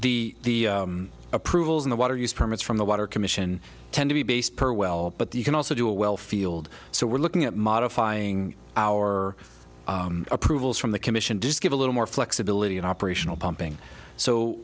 work the approvals in the water use permits from the water commission tend to be based per well but you can also do a well field so we're looking at modifying our approvals from the commission does give a little more flexibility in operational pumping so